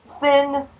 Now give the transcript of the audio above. thin